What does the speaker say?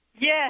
Yes